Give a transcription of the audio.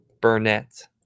Burnett